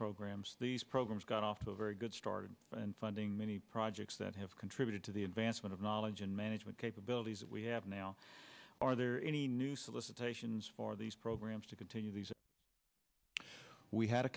programs these programs got off to a very good started and funding many projects that have contributed to the advancement of knowledge and management capabilities we have now are there any new solicitations for these programs to continue these we had a